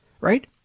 right